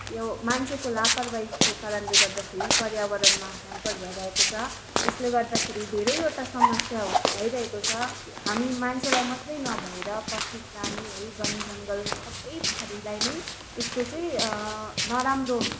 यो मान्छेको लापरवाहीको कारणले गर्दाखेरि पर्यावरणमा ह्याम्पर भइरहेको छ यसले गर्दाखेरि धेरैवटा समस्या भइरहेको छ हामी मान्छेलाई मात्रै नभएर पशु प्राणी है बन जङ्गल सबै थरीलाई नै यसको चाहिँ नराम्रो